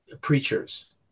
preachers